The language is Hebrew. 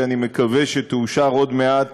שאני מקווה שתאושר עוד מעט